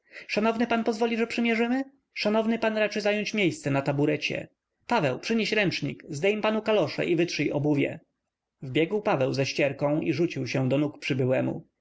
szanowny pan pozwoli że przymierzymy szanowny pan raczy zająć miejsce na taburecie paweł przynieś ręcznik zdejm panu kalosze i wytrzyj obuwie wbiegł paweł ze ścierką i rzucił się do nóg przybyłemu